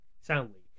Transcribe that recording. soundly